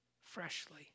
freshly